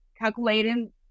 calculating